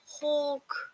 hulk